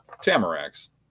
tamaracks